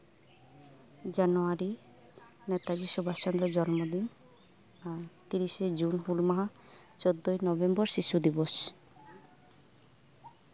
ᱡᱟᱱᱩᱣᱟᱨᱤ ᱱᱮᱛᱟᱫᱤ ᱥᱩᱵᱷᱟᱥ ᱪᱚᱱᱫᱨᱚ ᱡᱚᱱᱢᱚ ᱫᱤᱱ ᱟᱨ ᱛᱨᱤᱥᱮᱹ ᱡᱩᱱ ᱦᱩᱞ ᱢᱟᱦᱟ ᱪᱳᱫᱽᱫᱳᱭ ᱱᱚᱵᱷᱮᱢᱵᱚᱨ ᱥᱤᱥᱩ ᱫᱤᱵᱚᱥ